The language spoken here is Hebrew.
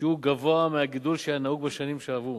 שיעור גבוה מהגידול שהיה נהוג בשנים שעברו.